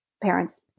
parents